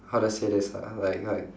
how do I say this uh like like